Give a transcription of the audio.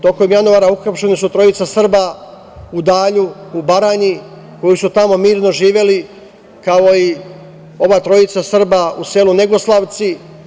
Tokom januara uhapšena su trojica Srba u Dalju, u Baranji, koji su tamo mirno živeli, kao i ova trojica Srba u selu Negoslavci.